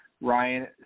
Ryan